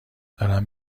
دارم